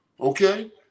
okay